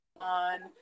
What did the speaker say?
on